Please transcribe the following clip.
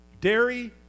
Dairy